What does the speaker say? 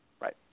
Right